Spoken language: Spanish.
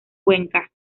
cuenca